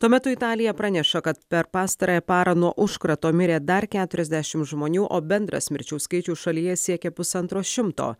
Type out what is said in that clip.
tuo metu italija praneša kad per pastarąją parą nuo užkrato mirė dar keturiasdešimt žmonių o bendras mirčių skaičius šalyje siekia pusantro šimto